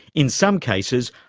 in some cases,